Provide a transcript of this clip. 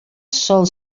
sol